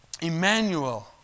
Emmanuel